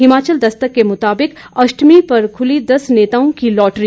हिमाचल दस्तक के मुताबिक अष्टमी पर खुली दस नेताओं की लॉटरी